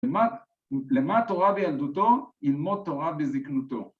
‫למה תורה בילדותו? ‫אלמות תורה בזקנותו.